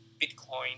Bitcoin